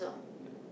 yeah